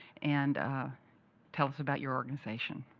and tell us about your organization.